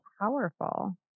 powerful